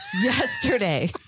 yesterday